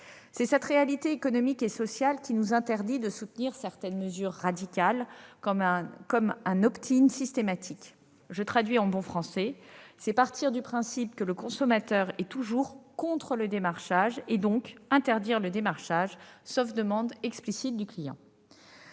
C'est cette réalité économique et sociale qui nous interdit de soutenir certaines mesures radicales comme un systématique. Je traduis en bon français : c'est partir du principe que le consommateur est toujours contre le démarchage et donc interdire celui-ci, sauf demande explicite du client.